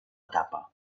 etapa